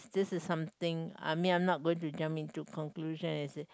this is something I mean I'm not going to jump into conclusion as in